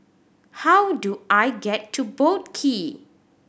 how do I get to Boat Quay